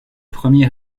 premier